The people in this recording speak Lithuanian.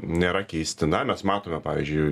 nėra keistina mes matome pavyzdžiui